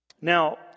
Now